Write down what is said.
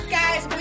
guys